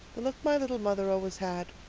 the look my little mother always had.